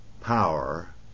Power